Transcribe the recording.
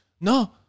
No